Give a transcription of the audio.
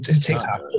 TikTok